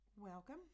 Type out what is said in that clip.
Welcome